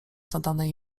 zadane